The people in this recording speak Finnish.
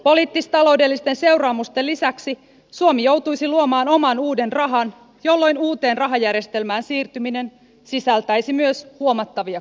poliittis taloudellisten seuraamusten lisäksi suomi joutuisi luomaan oman uuden rahan jolloin uuteen rahajärjestelmään siirtyminen sisältäisi myös huomattavia kustannuksia